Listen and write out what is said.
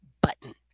button